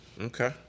Okay